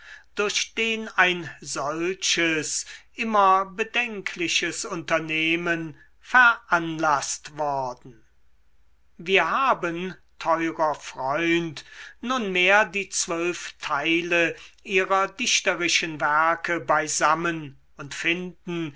durch den ein solches immer bedenkliches unternehmen veranlaßt worden wir haben teurer freund nunmehr die zwölf teile ihrer dichterischen werke beisammen und finden